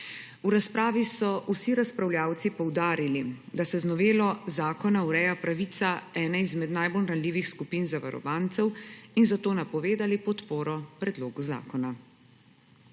V razpravi so vsi razpravljavci poudarili, da se z novelo zakona ureja pravica ene izmed najbolj ranljivih skupin zavarovancev, in zato napovedali podporo predlogu zakona.